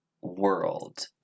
world